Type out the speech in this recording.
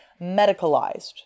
medicalized